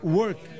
work